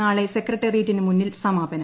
നാളെ സെക്രട്ടറിയേറ്റിന് മുന്നിൽ സമാപനം